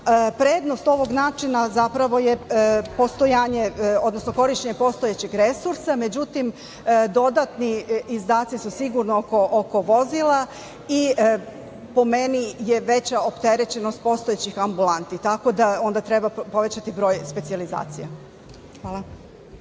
Prednost ovog načina zapravo je korišćenje postojećih resursa, međutim, dodatni izdaci su sigurno oko vozila i po meni je veća opterećenost postojećih ambulanti. Tako da onda treba povećati broj specijalizacija. Hvala.